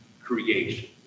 creation